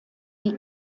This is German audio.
die